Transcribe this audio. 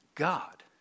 God